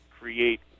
create